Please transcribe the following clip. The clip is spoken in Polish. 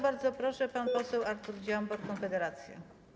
Bardzo proszę, pan poseł Artur Dziambor, Konfederacja.